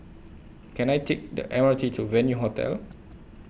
Can I Take The M R T to Venue Hotel